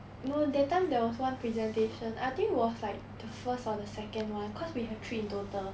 no that time there was one presentation I think was like the first or the second one cause we have three in total